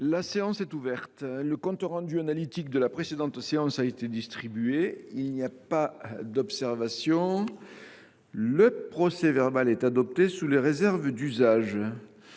La séance est ouverte. Le compte rendu analytique de la précédente séance a été distribué. Il n’y a pas d’observation ?… Le procès verbal est adopté sous les réserves d’usage.